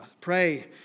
Pray